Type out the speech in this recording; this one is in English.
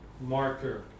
marker